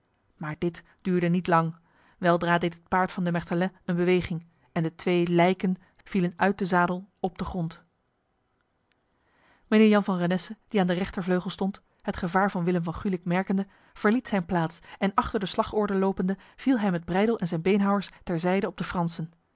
maar dit duurde niet lang weldra deed het paard van de mertelet een beweging en de twee lijken vielen uit de zadel op de grond mijnheer jan van renesse die aan de rechtervleugel stond het gevaar van willem van gulik merkende verliet zijn plaats en achter de slagorde lopende viel hij met breydel en zijn beenhouwers ter zijde op de fransen